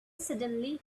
suddenly